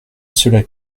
cela